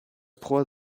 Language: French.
proie